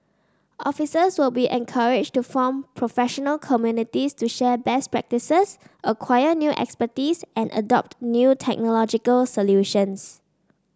officers will be encouraged to form professional communities to share best practices acquire new expertise and adopt new technological solutions